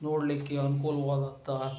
ನೋಡಲಿಕ್ಕೆ ಅನುಕೂಲ್ವಾದಂತಹ